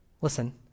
listen